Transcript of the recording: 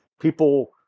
people